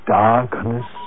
darkness